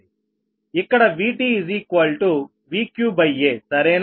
ఇక్కడ VtVqaసరేనా